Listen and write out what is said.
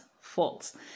false